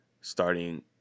starting